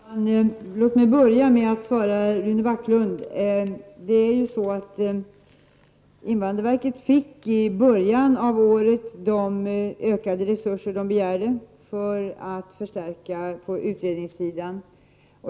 Herr talman! Jag börjar med att kommentera vad Rune Backlund sade. Invandrarverket fick i början av året de utökade resuser som man begärt för att kunna åstadkomma en förstärkning på utredningssidan.